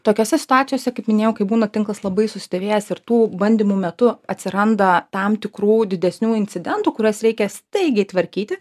tokiose situacijose kaip minėjau kai būna tinklas labai susidėvėjęs ir tų bandymų metu atsiranda tam tikrų didesnių incidentų kuriuos reikia staigiai tvarkyti